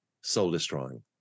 soul-destroying